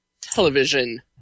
television